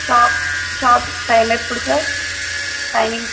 shop షాప్కి time ఎప్పుడు sir timing